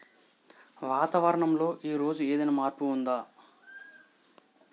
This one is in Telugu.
వాతావరణం లో ఈ రోజు ఏదైనా మార్పు ఉందా?